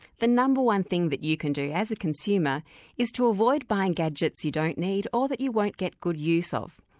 the number one thing that you can do as a consumer is to avoid buying gadgets you don't need or that you won't get good use of.